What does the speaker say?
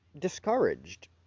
discouraged